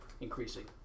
increasing